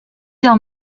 del